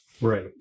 Right